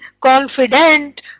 confident